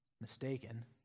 mistaken